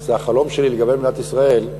זה החלום שלי לגבי מדינת ישראל,